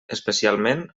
especialment